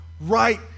right